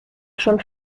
schon